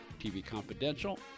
tvconfidential